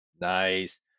Nice